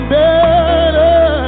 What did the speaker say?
better